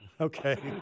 Okay